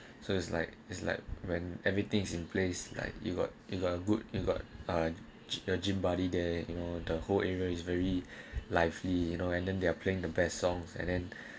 so it's like it's like when everything is in place like you got you got a good you got uh your gym buddy they you know the whole area is very lively you know and then they are playing the best songs and then